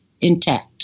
intact